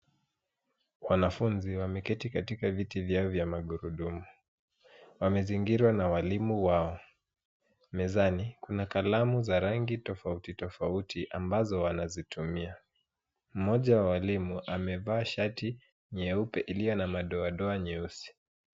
Wanafunzi wameketi katika viti vyao vya magurudumu. Wamezingirwa na walimu wao. Mezani, kuna kalamu za rangi tofauti tofauti ambazo wanazitumia. Mmoja wa walimu amevaa shati nyeupe iliyo na madoadoa nyeusi.